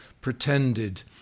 pretended